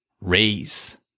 Raise